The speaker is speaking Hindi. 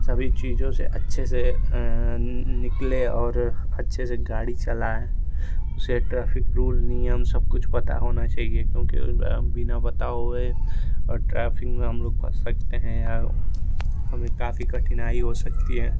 सभी चीजों से अच्छे से निकले और अच्छे से गाड़ी चलाए उसे ट्रैफिक रूल नियम सब कुछ पता होना चाहिए क्योंकि बिना बताए हुए ट्रैफिक में हम लोग फँस सकते हैं हमें काफी कठिनाई हो सकती है